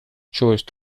choice